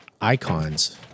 icons